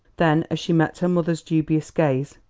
then, as she met her mother's dubious gaze,